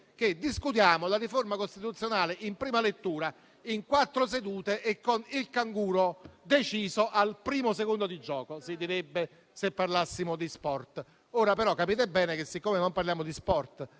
che discutiamo la riforma costituzionale in prima lettura in quattro sedute e con il canguro deciso al primo secondo di gioco (così si direbbe, se parlassimo di sport). Però capite bene che, siccome non parliamo di sport,